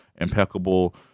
impeccable